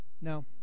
No